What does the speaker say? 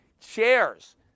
chairs